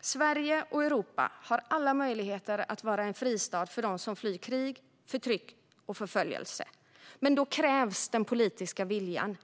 Sverige och Europa har alla möjligheter att vara en fristad för dem som flyr krig, förtryck och förföljelse, men då krävs den politiska viljan.